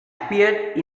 appeared